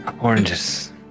Oranges